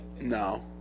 No